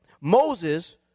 Moses